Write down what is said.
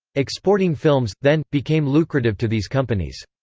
exporting films, then, became lucrative to these companies.